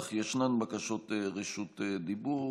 אך ישנן בקשות רשות דיבור.